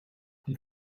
die